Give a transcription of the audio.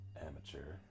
Amateur